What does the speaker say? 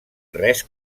res